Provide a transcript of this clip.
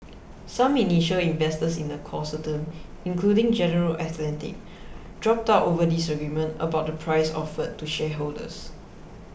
some initial investors in the consortium including General Atlantic dropped out over disagreement about the price offered to shareholders